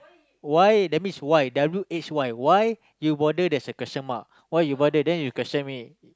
why that means why there are root eight why why you bother there's a question mark why you bother then you question me